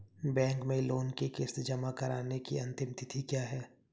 Bank में loan की किश्त जमा कराने की अंतिम तिथि क्या है?